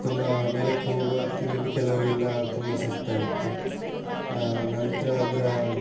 ತುಂಬ ಮೇಲಕ್ಕೆ ಹೋಗುವ ಹೊತ್ತಿನಲ್ಲಿ ಕೆಲವರಿಗೆಲ್ಲ ತುಂಬ ಸುಸ್ತಾಯಿತು ನಂತರ ಅದರ